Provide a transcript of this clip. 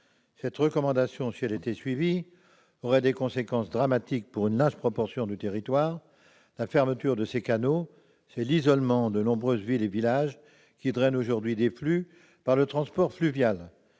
Cette recommandation, si elle était suivie, aurait des conséquences dramatiques pour une large portion du territoire. La fermeture de ces canaux, c'est l'isolement de nombreux villes et villages qui drainent aujourd'hui des flux par le transport fluvial